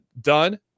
done